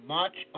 March